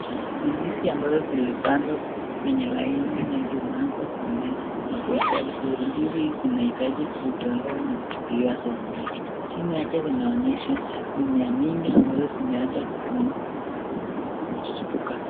Ni ndizi ambazo zilipandwa kwenye laini na zimeanza kumea na kuzaa vizuri ndizi hii zinahitaji kutolewa na kuchukuliwa soko. Chini yake zinaonyesha mimea mingi ambazo zimeanza kuchipuka.